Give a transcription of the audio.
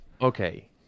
Okay